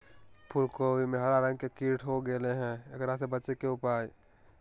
फूल कोबी में हरा रंग के कीट हो गेलै हैं, एकरा से बचे के उपाय?